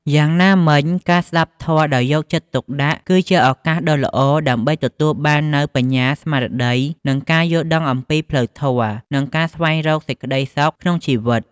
យ៉ាងណាមិញ ការស្តាប់ធម៌ដោយយកចិត្តទុកដាក់ គឺជាឱកាសដ៏ល្អដើម្បីទទួលបាននូវបញ្ញាស្មារតី ការយល់ដឹងអំពីផ្លូវធម៌ និងការស្វែងរកសេចក្តីសុខក្នុងជីវិត។